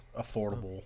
Affordable